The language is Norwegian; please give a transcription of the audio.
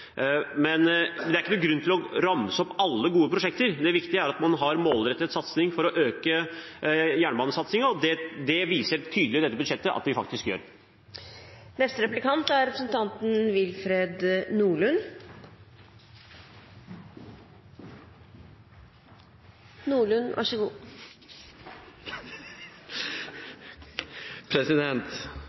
Men det er ikke noen grunn til å ramse opp alle gode prosjekter, det viktige er at man har en målrettet innsats for å øke jernbanesatsingen, og det viser dette budsjettet tydelig at vi faktisk gjør.